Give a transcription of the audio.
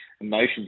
emotions